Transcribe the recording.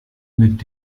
mit